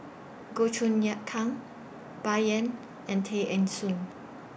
Goh Choon Kang Bai Yan and Tay Eng Soon